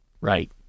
Right